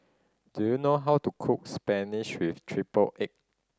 do you know how to cook spinach with triple egg